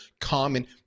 common